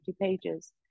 pages